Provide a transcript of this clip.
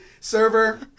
Server